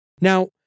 Now